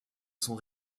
son